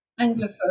Anglophone